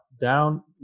down